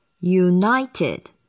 United